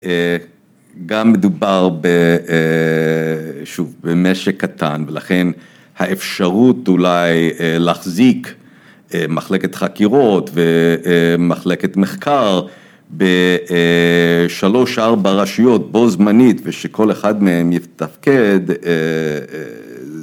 גם מדובר, שוב, במשק קטן ולכן האפשרות אולי להחזיק מחלקת חקירות ומחלקת מחקר בשלוש-ארבע רשויות בו זמנית ושכל אחד מהם יתפקד